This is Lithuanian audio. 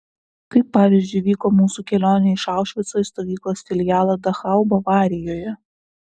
kaip pavyzdžiui vyko mūsų kelionė iš aušvico į stovyklos filialą dachau bavarijoje